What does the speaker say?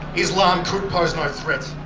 islam could pose no threat.